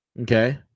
Okay